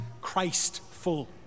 Christ-full